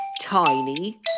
tiny